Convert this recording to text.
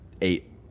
eight